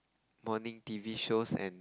morning T_V shows and